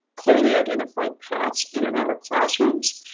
clearly identified paths in and out of classrooms,